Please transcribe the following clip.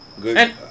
Good